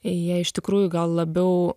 jie iš tikrųjų gal labiau